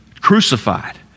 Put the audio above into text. crucified